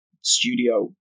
studio